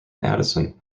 addison